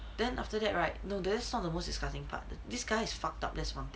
then after that right no that's not the most discussing part this guy fucked up that's one thing